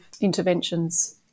interventions